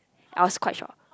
I was quite shocked